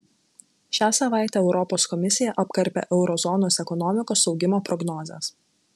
šią savaitę europos komisija apkarpė euro zonos ekonomikos augimo prognozes